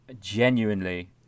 genuinely